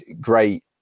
great